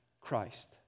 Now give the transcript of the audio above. Christ